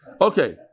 Okay